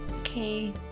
okay